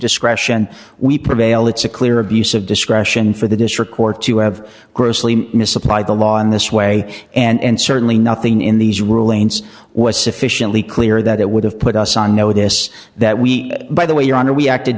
discretion we prevail it's a clear abuse of discretion for the district court to have grossly misapplied the law in this way and certainly nothing in these rulings was sufficiently clear that it would have put us on notice that we by the way your honor we acted